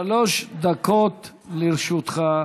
שלוש דקות לרשותך.